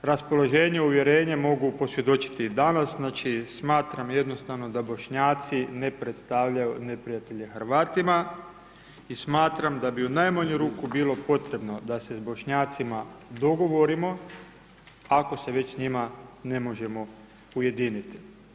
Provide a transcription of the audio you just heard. To isto raspoloženje, uvjerenje mogu posvjedočiti i danas, znači smatram jednostavno da Bošnjaci ne predstavljaju neprijatelja Hrvatima i smatram da bi u najmanju ruku bilo potrebno da se s Bošnjacima dogovorimo, ako se već s njima ne možemo ujediniti.